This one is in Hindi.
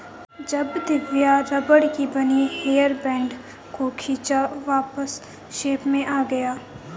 जब दिव्या रबड़ की बनी अपने हेयर बैंड को खींचा वापस शेप में आ गया